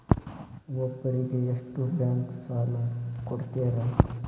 ಒಬ್ಬರಿಗೆ ಎಷ್ಟು ಬ್ಯಾಂಕ್ ಸಾಲ ಕೊಡ್ತಾರೆ?